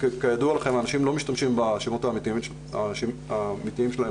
כידוע לכם האנשים לא משתמשים בשמות האמיתיים שלהם